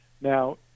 Now